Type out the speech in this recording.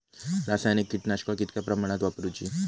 रासायनिक कीटकनाशका कितक्या प्रमाणात वापरूची?